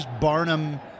Barnum